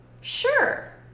sure